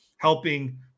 helping